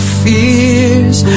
fears